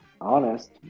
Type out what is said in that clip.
honest